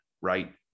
right